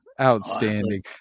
Outstanding